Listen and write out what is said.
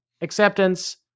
acceptance